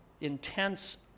intense